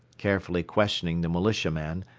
carefully questioning the militiaman,